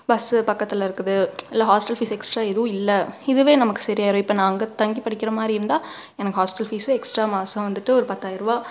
bus பக்கத்தில் இருக்குது இல்ல ஹாஸ்ட்டல் ஃபீஸ் எக்ஸ்ட்ரா எதுவும் இல்லை இதுவே நமக்கு சரியாயிகிரும் இப்போ நான் அங்கே தங்கி படிக்கிற மாதிரி இருந்தால் எனக்கு ஹாஸ்ட்டல் ஃபீஸும் எக்ஸ்ட்ரா மாசம் வந்துட்டு ஒரு பத்தாயிருபா